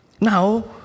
now